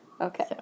Okay